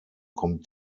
kommt